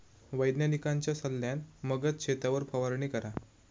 वैज्ञानिकांच्या सल्ल्यान मगच शेतावर फवारणी करा